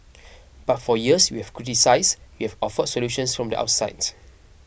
but for years you have criticised you have offered solutions from the outsides